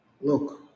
Look